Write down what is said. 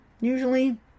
usually